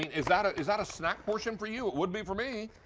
is that is that a snack portion for you? would be for me.